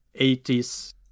80s